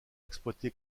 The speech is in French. exploité